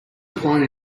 pulling